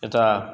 यथा